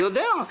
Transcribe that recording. אני יודע,